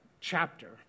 chapter